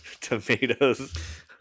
tomatoes